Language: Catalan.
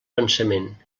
pensament